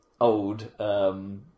old